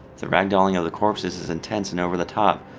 the ragdolling of the corpses is intense and over-the-top,